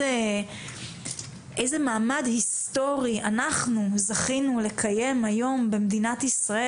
איזה מעמד היסטורי אנחנו זכינו לקיים היום במדינת ישראל